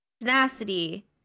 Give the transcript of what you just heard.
tenacity